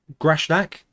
grashnak